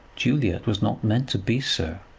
julia, it was not meant to be so.